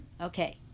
Okay